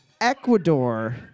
Ecuador